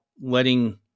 letting